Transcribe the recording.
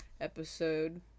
episode